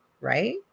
right